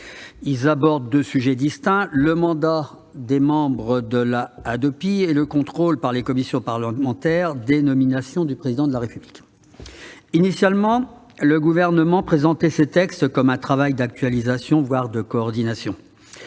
Ils abordent deux sujets distincts : le mandat des membres de la Hadopi et le contrôle, par les commissions parlementaires, des nominations du Président de la République. Initialement, le Gouvernement présentait ces textes comme un travail d'actualisation, voire de coordination.